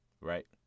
right